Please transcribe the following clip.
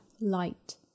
light